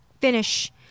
finish